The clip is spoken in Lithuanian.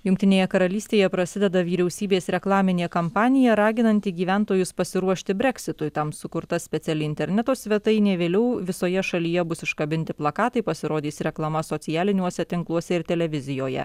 jungtinėje karalystėje prasideda vyriausybės reklaminė kampanija raginanti gyventojus pasiruošti breksitui tam sukurta speciali interneto svetainė vėliau visoje šalyje bus iškabinti plakatai pasirodys reklama socialiniuose tinkluose ir televizijoje